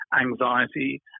anxiety